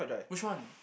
which one